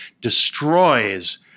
destroys